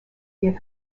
des